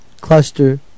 cluster